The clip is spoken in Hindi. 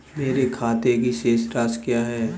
मेरे खाते की शेष राशि क्या है?